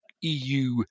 EU